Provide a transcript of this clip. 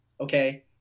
Okay